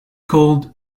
called